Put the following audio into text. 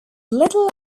little